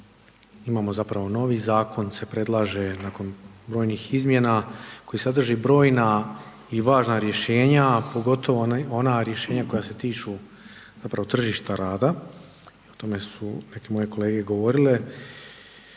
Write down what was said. imamo zapravo novi zakon se predlaže nakon brojnih izmjena koji sadrži brojna i važna rješenja, a pogotovo ona rješenja koja se tiču zapravo tržišta rada. O tome su neki moji kolege govorile